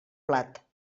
blat